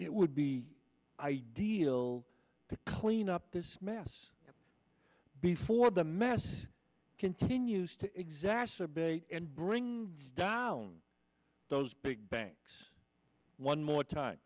it would be ideal to clean up this mess before the mess continues to exacerbate and bring down those big banks one more time